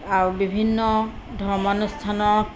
আৰু বিভিন্ন ধৰ্মানুষ্ঠানত